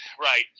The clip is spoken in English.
right